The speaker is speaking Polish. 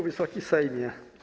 Wysoki Sejmie!